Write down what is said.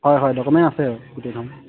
হয় হয় ডকুমেন্ট আছে গোটেইখন